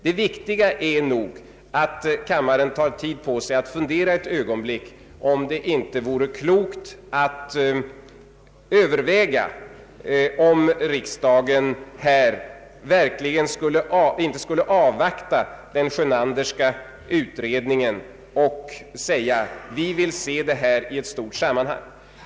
Det viktiga är att kammaren tar tid på sig för att fundera över om det inte vore klokt att överväga om inte riksdagen här skulle avvakta den Schönanderska utredningen och framhålla att vi vill se detta i ett stort sammanhang.